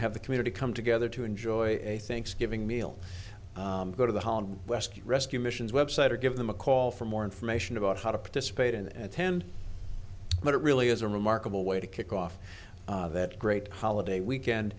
have the community come together to enjoy a thanksgiving meal go to the home west rescue missions website or give them a call for more information about how to participate and attend but it really is a remarkable way to kick off that great holiday weekend